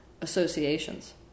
associations